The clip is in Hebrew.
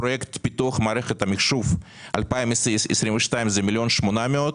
פרויקט פיתוח מערכת המחשוב 2022 זה 1.8 מיליון,